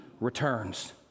returns